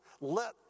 Let